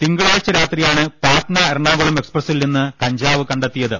തിങ്കളാഴ്ച രാത്രിയാണ് പാറ്റ്ന എറണാകുളം എക്സ്പ്രസിൽനിന്ന് കഞ്ചാവ് കണ്ടെത്തിയത്